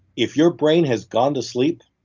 if your brain has gone to sleep,